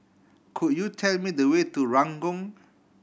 could you tell me the way to Ranggung